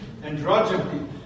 Androgyny